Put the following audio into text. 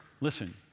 listen